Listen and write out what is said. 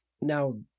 Now